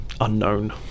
unknown